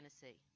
Tennessee